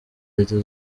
leta